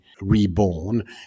reborn